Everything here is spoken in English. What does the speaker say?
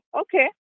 Okay